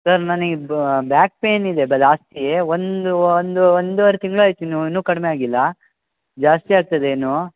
sir ನನಗೆ back ಪೇಯ್ನಿದೆ ಬಲಾಸ್ತಿ ಒಂದು ಒಂದು ಒಂದೂವರೆ ತಿಂಗ್ಳಾಯ್ತು ಇನ್ನೂ ಇನ್ನೂ ಕಡಿಮೆ ಆಗಿಲ್ಲ ಜಾಸ್ತಿ ಆಗ್ತಿದೆ ಇನ್ನೂ